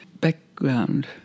background